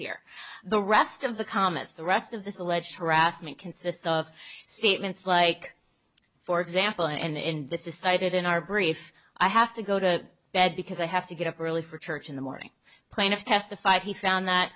here the rest of the comments the rest of this alleged harassment consists of statements like for example and this is cited in our brief i have to go to bed because i have to get up early for church in the morning plaintiff testified he found that